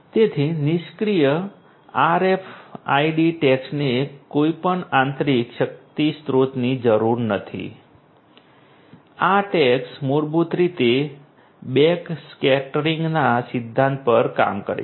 તેથી નિષ્ક્રિય RFID ટૅગ્સને કોઈપણ આંતરિક શક્તિ સ્ત્રોતની જરૂર નથી આ ટૅગ્સ મૂળભૂત રીતે બેકસ્કેટરિંગના સિદ્ધાંત પર કામ કરે છે